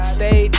Stay